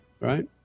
Right